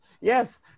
Yes